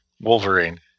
Wolverine